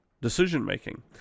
decision-making